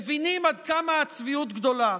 מבינים עד כמה הצביעות גדולה,